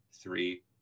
three